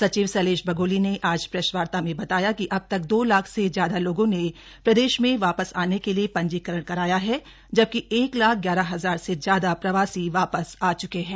सचिव शैलेश बगोली ने आज प्रेस वार्ता में बताया कि अब तक दो लाख से ज्यादा लोगों ने प्रदेश में वापस आने के लिए पंजीकरण कराया है जबकि एक लाख ग्यारह हजार से ज्यादा प्रवासी वापस आ च्के हैं